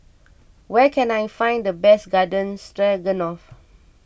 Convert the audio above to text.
where can I find the best Garden Stroganoff